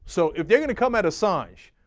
so, if they're going to come at assange,